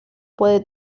puede